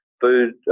food